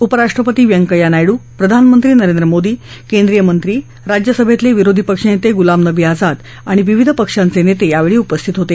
उपराष्ट्रपती व्यंकय्या नायडू प्रधानमंत्री नरेंद्र मोदी केंद्रीय मंत्री राज्यसभेतले विरोधी पक्षनेते गुलाम नबी आझाद आणि विविध पक्षांचे नेते यावेळी उपस्थित होते